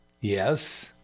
Yes